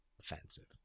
offensive